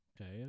Okay